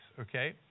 Okay